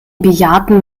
bejahrten